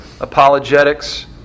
apologetics